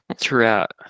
Throughout